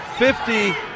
Fifty